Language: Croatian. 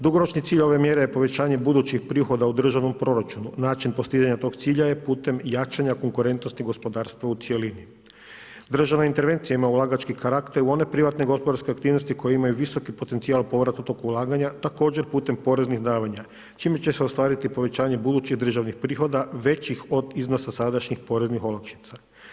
Dugoročni cilj ove mjere je povećanje budućih prihoda u državnom proračunu, način postizanja tog cilja je putem jačanja konkurentnosti gospodarstva u cjelini. … intervencija ima ulagački karakter u one privatne gospodarske aktivnosti koje imaju visoki potencijal povratka tog ulaganja također putem poreznih davanja čime će se ostvariti povećanje budućih državnih prihoda većih od iznosa sadašnjih poreznih olakšica.